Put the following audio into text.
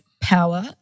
power